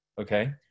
okay